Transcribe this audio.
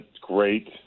great